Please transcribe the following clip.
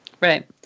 Right